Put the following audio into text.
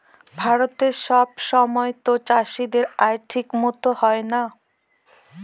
ভারতে সব সময়তো চাষীদের আয় ঠিক মতো হয় না